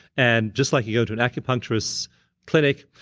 and just like you go to an acupuncturist clinic,